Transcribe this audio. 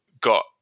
got